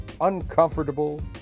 uncomfortable